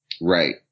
Right